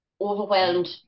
overwhelmed